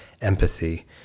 empathy